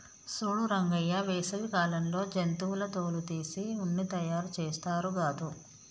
సూడు రంగయ్య వేసవి కాలంలో జంతువుల తోలు తీసి ఉన్ని తయారుచేస్తారు గాదు